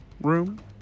room